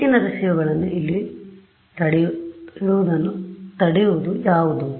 ಹೆಚ್ಚಿನ ರಿಸೀವರ್ಗಳನ್ನು ಇಲ್ಲಿ ಇಡುವುದನ್ನು ತಡೆಯುವ ಯಾವುದು